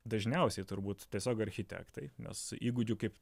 dažniausiai turbūt tiesiog architektai nes įgūdžių kaip